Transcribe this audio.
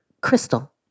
Crystal